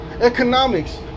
economics